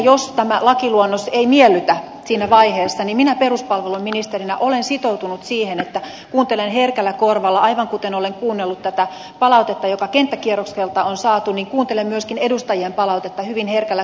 jos tämä lakiluonnos ei miellytä siinä vaiheessa niin minä peruspalveluministerinä olen sitoutunut siihen että kuuntelen herkällä korvalla aivan kuten olen kuunnellut tätä palautetta joka kenttäkierrokselta on saatu myöskin edustajien palautetta hyvin herkällä korvalla